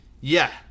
Yeah